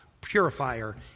purifier